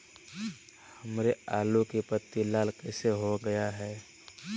हमारे आलू की पत्ती लाल कैसे हो गया है?